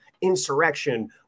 insurrection